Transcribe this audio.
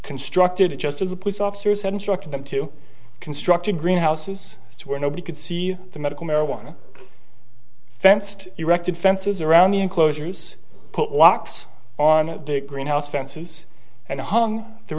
constructed just as the police officers had instructed them to construct a greenhouses where nobody could see the medical marijuana fenced erected fences around the enclosures put locks on the greenhouse fences and hung the